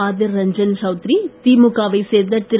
ஆதிர் ரஞ்சன் சௌத்ரி திமுகா வைச் சேர்ந்த திரு